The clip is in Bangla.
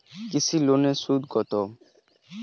কৃষি লোনের সুদ কত?